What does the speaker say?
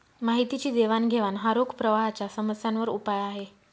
माहितीची देवाणघेवाण हा रोख प्रवाहाच्या समस्यांवर उपाय आहे